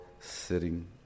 sitting